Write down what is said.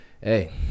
hey